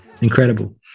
Incredible